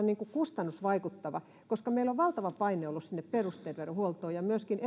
niin kuin kustannusvaikuttava koska meillä on valtava paine ollut sinne perusterveydenhuoltoon ja myöskin